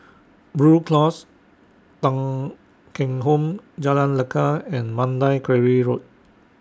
Blue Cross Thong Kheng Home Jalan Lekar and Mandai Quarry Road